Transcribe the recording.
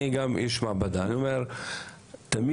אני איש מעבדה, תמיד